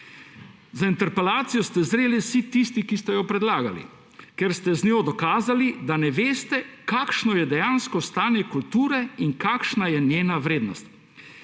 Za interpelacijo ste zreli vsi tisti, ki ste jo predlagali, ker ste z njo dokazali, da ne veste, kakšno je dejansko stanje kulture in kakšna je njena vrednost.